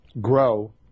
grow